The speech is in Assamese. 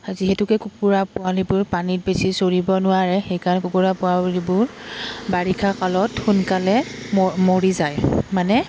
যিহেতুকে কুকুৰা পোৱালিবোৰ পানীত বেছি চৰিব নোৱাৰে সেইকাৰণে কুকুৰা পোৱালিবোৰ বাৰিষা কালত সোনকালে মৰি যায় মানে